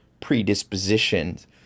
predispositions